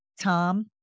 Tom